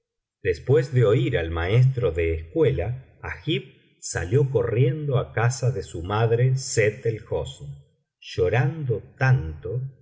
después de oir al maestro de escuela agib salió corriendo á casa de su madre sett el hosn lio rando tanto